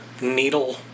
needle